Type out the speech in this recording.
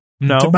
no